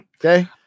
Okay